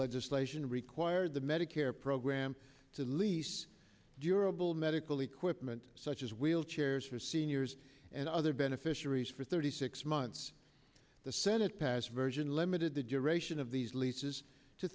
legislation required the medicare program to lease durable medical equipment such as wheelchairs for seniors and other beneficiaries for thirty six months the senate passed version limited the duration of these leases to